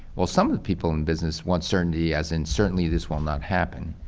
well, some of the people in business want certainty as in certainly this will not happen.